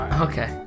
Okay